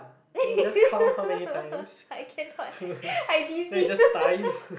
I cannot I dizzy